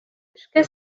эшкә